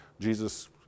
Jesus